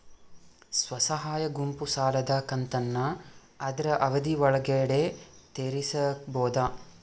ಸ್ವಸಹಾಯ ಗುಂಪು ಸಾಲದ ಕಂತನ್ನ ಆದ್ರ ಅವಧಿ ಒಳ್ಗಡೆ ತೇರಿಸಬೋದ?